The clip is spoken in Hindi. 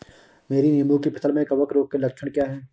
मेरी नींबू की फसल में कवक रोग के लक्षण क्या है?